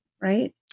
right